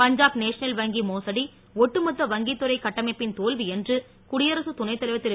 பஞ்சா ப் national வங்கி மோசடி ஒட்டுமொ த்த வங்கி த்துறை கட்டமைப்பின் தோல் வி என்று குடியரசு துணை தலைவ ர தி ரு